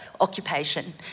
occupation